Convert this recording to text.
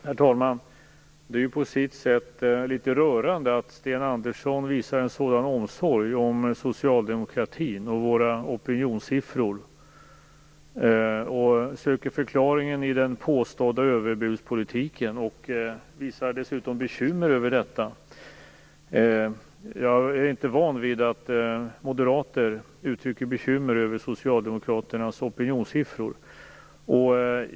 Herr talman! Det är på sitt sätt litet rörande att Sten Andersson visar en sådan omsorg om socialdemokratin och våra opinionssiffror. Han söker förklaringen i den påstådda överbudspolitiken och visar dessutom bekymmer över detta. Jag är inte van vid att moderater uttrycker bekymmer över Socialdemokraternas opinionssiffror.